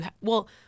Well-